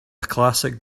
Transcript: classic